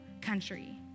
country